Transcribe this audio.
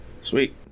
sweet